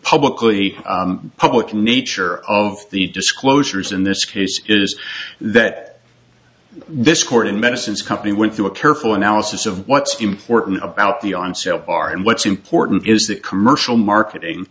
publicly public nature of the disclosures in this case is that this court in medicines company went through a careful analysis of what's important about the onset of r and what's important is that commercial marketing